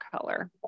color